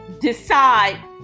decide